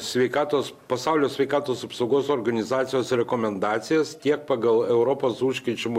sveikatos pasaulio sveikatos apsaugos organizacijos rekomendacijas tiek pagal europos užkrečiamų